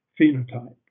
phenotype